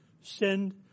send